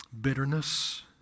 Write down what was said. bitterness